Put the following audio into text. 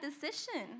decision